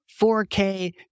4K